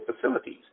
facilities